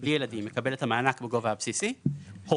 בלי ילדים יקבל את המענק בגובה הבסיסי; הורים,